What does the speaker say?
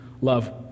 love